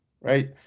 right